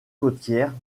côtières